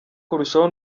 kurushaho